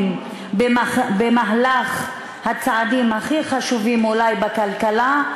במהלך הצעדים הכי חשובים אולי בכלכלה,